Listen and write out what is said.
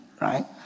right